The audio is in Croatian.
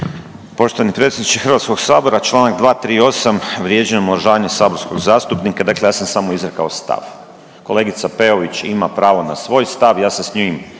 Poštovani predsjedničke Hrvatskog sabora Članak 238., vrijeđanje i omalovažavanje saborskog zastupnika. Dakle, ja sam samo izrekao stav. Kolegica Peović ima pravo na svoj stav. Ja se s njim